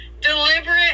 deliberate